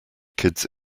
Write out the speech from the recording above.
kids